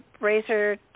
razor